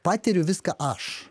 patiriu viską aš